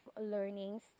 learnings